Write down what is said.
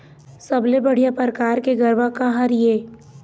सबले बढ़िया परकार के गरवा का हर ये?